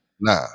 nah